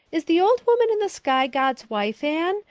is the old woman in the sky god's wife, anne?